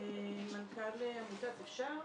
מנכ"ל עמותת "אפשר",